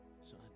son